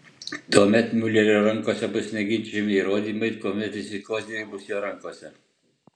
tuomet miulerio rankose bus neginčijami įrodymai tuomet visi koziriai bus jo rankose